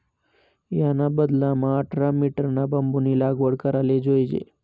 याना बदलामा आठरा मीटरना बांबूनी लागवड कराले जोयजे